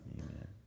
amen